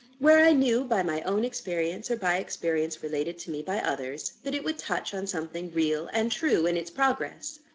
where i knew by my own experience, or by experience related to me by others, that it would touch on something real and true in its progress.